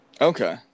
Okay